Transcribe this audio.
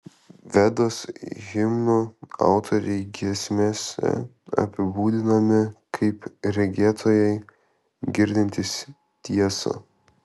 vedos himnų autoriai giesmėse apibūdinami kaip regėtojai girdintys tiesą